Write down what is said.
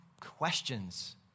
questions